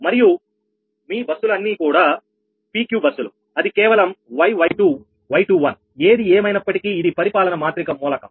మరియు మీ మరియు మీ బస్సులు అన్ని కూడా PQ బస్సులు అది కేవలం Y𝑌2𝑌21 ఏది ఏమైనప్పటికీ ఇది పరిపాలన మాత్రిక మూలకం